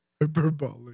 Hyperbolic